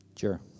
Sure